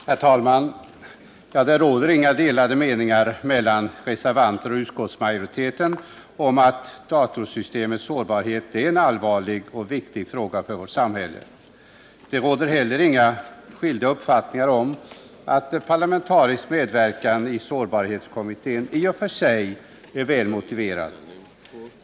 Herr talman! Det råder inga delade meningar mellan reservanter och utskottsmajoritet om att datorsystemets sårbarhet är en allvarlig och viktig fråga för vårt samhälle. Det råder heller inga skilda uppfattningar om att parlamentarisk medverkan i sårbarhetskommittén i och för sig är väl motiverad.